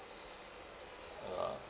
a'ah